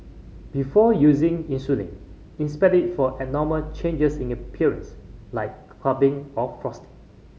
before using insulin inspect it for abnormal changes in appearance like clumping or frosting